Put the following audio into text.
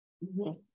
Yes